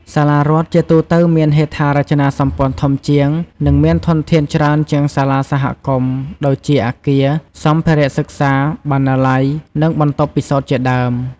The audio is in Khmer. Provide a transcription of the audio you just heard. សាលារដ្ឋជាទូទៅមានហេដ្ឋារចនាសម្ព័ន្ធធំជាង និងមានធនធានច្រើនជាងសាលាសហគមន៍ ដូចជាអាគារ សម្ភារៈសិក្សា បណ្ណាល័យ និងបន្ទប់ពិសោធន៍ជាដើម។